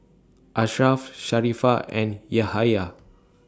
Ashraff Sharifah and Yahaya